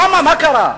למה, מה קרה.